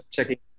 Checking